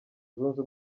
zunze